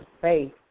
faith